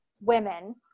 women